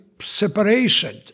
separation